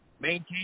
maintain